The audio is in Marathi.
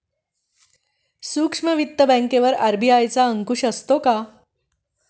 सूक्ष्म वित्त बँकेवर आर.बी.आय चा अंकुश असतो का?